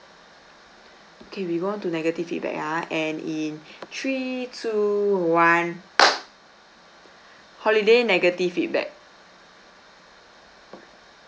okay we go on to negative feedback ah and in three two one holiday negative feedback